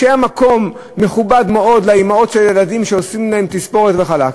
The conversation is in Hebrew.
כשהיה מקום מכובד מאוד לאימהות של הילדים שעושים להם תספורת ו"חלאקה",